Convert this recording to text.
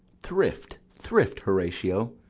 thrift, thrift, horatio!